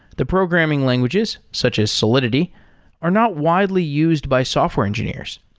the programming languages such as solidity are not widely used by software engineers.